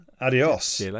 adios